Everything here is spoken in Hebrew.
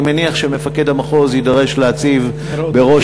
אני מניח שמפקד המחוז יידרש להציב בראש